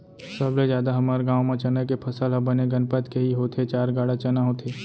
सबले जादा हमर गांव म चना के फसल ह बने गनपत के ही होथे चार गाड़ा चना होथे